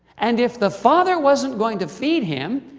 and if the father wasn't going to feed him,